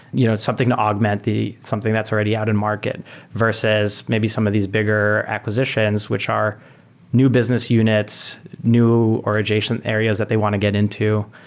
you know something to augment something that's already out in market versus maybe some of these bigger acquisitions, which are new business units, new or adjacent areas that they want to get into,